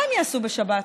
מה הם יעשו בשבת?